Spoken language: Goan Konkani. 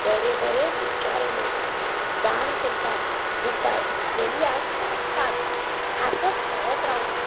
बरें बरें विचार उलयतात दान करतात भुका भुकेल्ल्यांक वाडटात हांसत खेळत रावतात